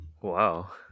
wow